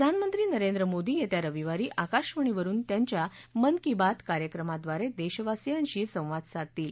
प्रधानमंत्री नरेंद्र मोदी येत्या रविवारी आकाशवाणीवरून त्यांच्या मनकी बात कार्यक्रमाद्वारे देशावासियांशी संवाद साधतील